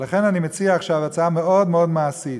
ולכן אני מציע עכשיו הצעה מאוד מאוד מעשית,